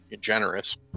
generous